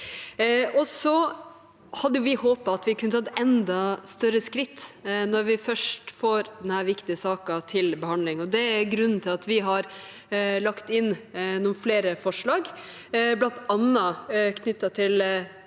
Så hadde vi håpet at vi kunne tatt enda større skritt når vi først får denne viktige saken til behandling. Det er grunnen til at vi har lagt inn noen flere forslag, bl.a. knyttet til